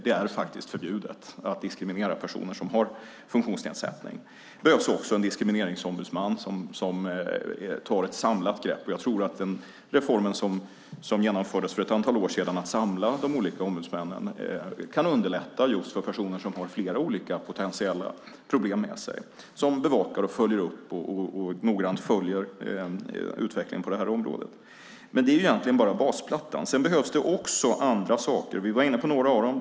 Det är faktiskt förbjudet att diskriminera personer som har funktionsnedsättning. Det behövs också en diskrimineringsombudsman som tar ett samlat grepp. Jag tror att den reform som genomfördes för ett antal år sedan att samla de olika ombudsmännen kan underlätta för personer som har flera olika potentiella problem med sig genom att man bevakar och noggrant följer utvecklingen på det här området. Det är egentligen bara basplattan; det behövs även andra saker. Vi var inne på några av dem.